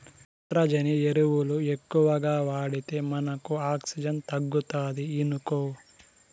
నత్రజని ఎరువులు ఎక్కువగా వాడితే మనకు ఆక్సిజన్ తగ్గుతాది ఇనుకో